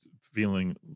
feeling